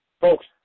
Folks